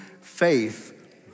Faith